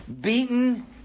Beaten